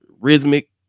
rhythmic